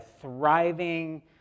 thriving